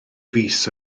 fis